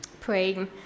praying